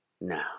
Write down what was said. now